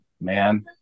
man